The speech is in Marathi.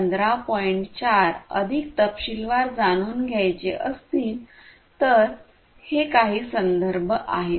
4 अधिक तपशीलवार जाणून घ्यायचे असतील तर हे काही संदर्भ आहेत